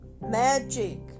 magic